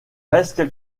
restent